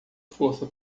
força